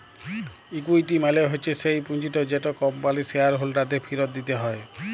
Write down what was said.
equity মালে হচ্যে স্যেই পুঁজিট যেট কম্পানির শেয়ার হোল্ডারদের ফিরত দিতে হ্যয়